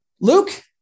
Luke